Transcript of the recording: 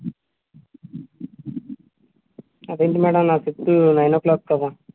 అదేంటి మేడం నా shift nine o'clock కదా